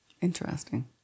Interesting